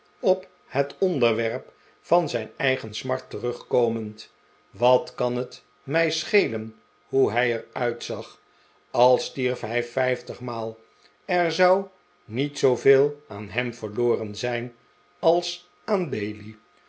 op het onderwerp van zijn eig en smart terugkomend wat kan het mij schelen hoe hij er uitzag al stierf hij vijftigmaal er zou niet zooveel aan hem verloren zijn als aan bailey